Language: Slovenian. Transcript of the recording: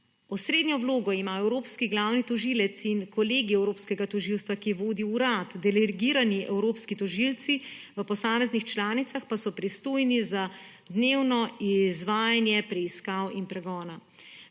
Osrednjo vlogo ima evropski glavni tožilec in kolegij Evropskega tožilstva, ki vodi urad, delegirani evropski tožilci v posameznih članicah pa so pristojni za dnevno izvajanje preiskav in pregona.